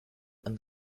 and